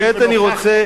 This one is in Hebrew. וכעת אני רוצה,